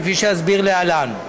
כפי שאסביר להלן.